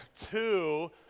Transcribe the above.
Two